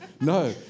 No